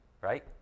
right